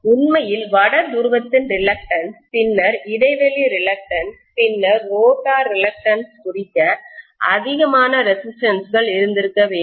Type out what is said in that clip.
உண்மையில் வட துருவத்தின் ரிலக்டன்ஸ் பின்னர் இடைவெளி ரிலக்டன்ஸ் பின்னர் ரோட்டார் ரிலக்டன்ஸ் ஐ குறிக்க அதிகமான ரெசிஸ்டன்ஸ் கள் இருந்திருக்க வேண்டும்